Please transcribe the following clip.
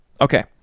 Okay